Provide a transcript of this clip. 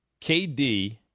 KD